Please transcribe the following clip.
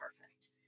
perfect